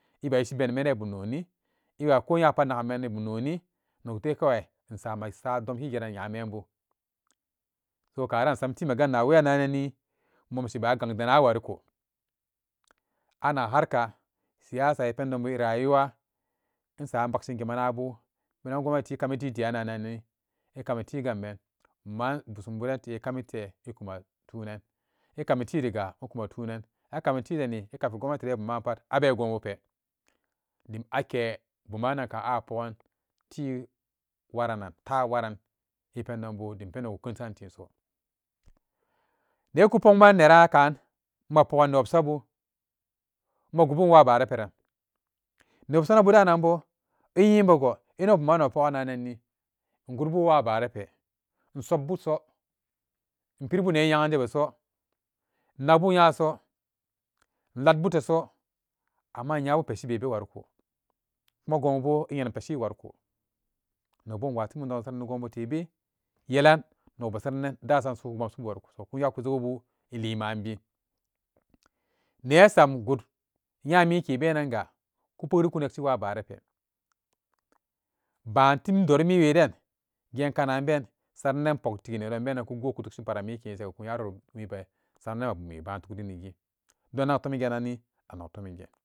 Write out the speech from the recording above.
Ɛ be ishi benu mene bum n oni, ɛwa ko nyapa nagumeni bum noni nok de kawai, insa masa domkigeran nya membu, to kaaran insam ti me ganna weyannanni, in momshi ba'a gang dana a wariko anak harka siyasa ɛ pendon bu ɛ rayuwa in sa in baksige mana bu donan ɛ kami ti teyanni ɛ kami ti ganben buman busumbu ran ɛ kamite ɛ kuman tunen ɛ kami ti riga ɛ kuma tunan a kami ti riga ɛ kuma tunan a kami ti deni ɛ kafi gomnati ré bumma pat a be gonbu pe dim ake bumannanka a pogan ti waranan, ta waran ɛ pendon bu, dim pendon ku kensan teso ne ku pokman neran akan ma pogani ne wabsabu magubun wa baara peran ne wobsan abu danan bo inyin bego inno buman nok pogananni in gudbu waa baara pe in sop buso buso in piri bu ne yeganje beso in nakbu nyaso in latbu teso amma inyabu peshi be be wanko kuma gonbubo ɛ yenum peshi wanko nokbo inwa ti don sarani gonbu tebe yelamn nok be saranan dasam su, ku momshi bu wanko so ku nya ku jegebu mariin bion ne sam gut nyamike benanga ku pekri ku nekshi waa baara pe pbantim dori miweden gen kana ben saranan in poktigi nedon benan kugo kudukshi parami kese ku nyararo wibe saranan ma bumme pban tuklin donan anak tomi genanni anok tomi gen